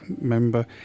member